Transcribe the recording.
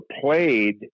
played